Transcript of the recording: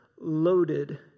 loaded